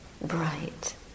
bright